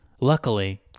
Luckily